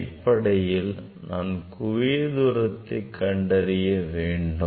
அடிப்படையில் நாம் குவியத் தூரத்தை கண்டறிய வேண்டும்